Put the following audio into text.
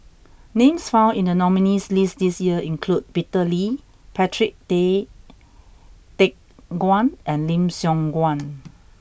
names found in the nominees' list this year include Peter Lee Patrick Tay Teck Guan and Lim Siong Guan